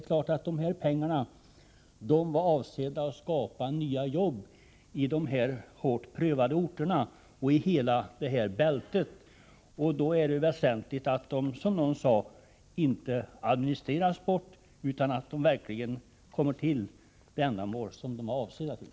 Pengarna i fråga var avsedda att skapa nya jobb på de hårt prövade orterna i hela det aktuella bältet, och det är väsentligt att de, som framhölls, inte administreras bort utan verkligen kommer till de ändamål som de var avsedda för.